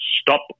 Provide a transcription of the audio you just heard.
Stop